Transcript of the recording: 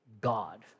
God